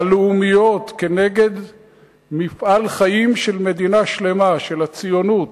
נגד מפעל חיים של מדינה שלמה, של הציונות.